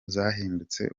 zahindutse